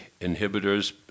inhibitors